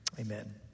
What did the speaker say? Amen